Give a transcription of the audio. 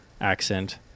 accent